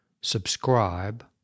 Subscribe